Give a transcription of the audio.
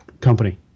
company